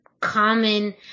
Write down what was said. common